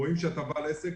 רואים שאתה בעל עסק,